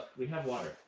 we have water.